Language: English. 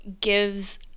gives